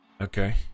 Okay